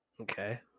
Okay